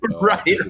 Right